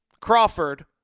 Crawford